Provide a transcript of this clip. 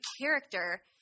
character